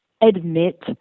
admit